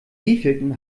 wievielten